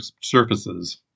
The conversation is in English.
surfaces